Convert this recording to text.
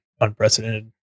unprecedented